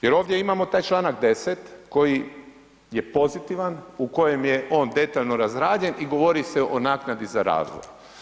Jer ovdje imamo taj članak 10. koji je pozitivan, u kojem je on detaljno razrađen i govori se o naknadi za razvoj.